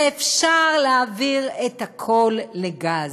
אפשר להעביר את הכול לגז,